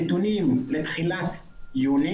הנתונים לתחילת יוני